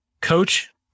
Coach